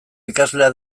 ikaslea